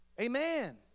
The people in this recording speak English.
Amen